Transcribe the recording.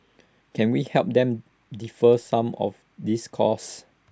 can we help them defer some of these costs